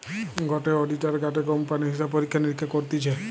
গটে অডিটার গটে কোম্পানির হিসাব পরীক্ষা নিরীক্ষা করতিছে